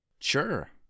Sure